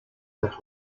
байх